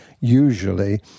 usually